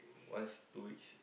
once in two weeks